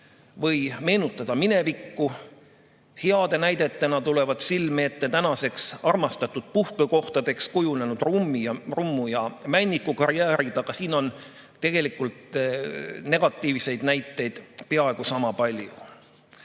või meenutada minevikku. Heade näidetena tulevad silme ette armastatud puhkekohtadeks kujunenud Rummu ja Männiku karjäär, aga siin on tegelikult negatiivseid näiteid peaaegu sama palju.